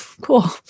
cool